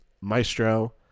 maestro